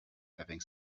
having